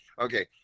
Okay